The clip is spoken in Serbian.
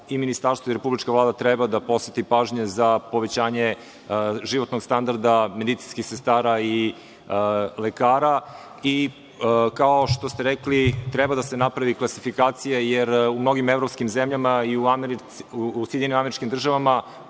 i Ministarstvo i Republička Vlada treba da posveti pažnje za povećanje životnog standarda medicinskih sestara i lekara. Kao što ste rekli, treba da se napravi klasifikacija, jer u mnogim evropskim zemljama, i u SAD,